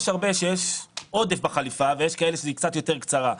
יש הרבה שיש עודף בחליפה ויש כאלה שהחליפה קצת יותר קצרה.